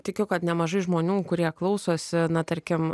tikiu kad nemažai žmonių kurie klausosi na tarkim